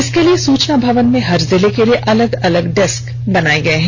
इसके लिए सूचना भवन में हर जिले के लिए अलग अलग डेस्क बनाये गये हैं